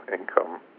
income